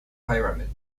pyramid